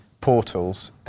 portals